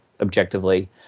objectively